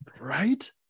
Right